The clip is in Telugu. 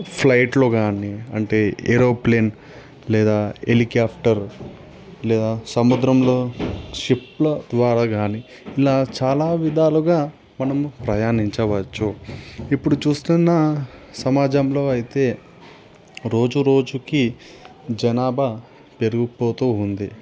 ఫ్లైట్లో కానీ అంటే ఏరోప్లేయిన్ లేదా హెలికాప్టర్ లేదా సముద్రంలో షిప్ల ద్వారా కానీ ఇలా చాలా విధాలుగా మనం ప్రయాణించవచ్చు ఇప్పుడు చూస్తున్న సమాజంలో అయితే రోజు రోజుకి జనాభా పెరిగిపోతూ ఉంది